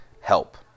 help